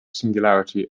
singularity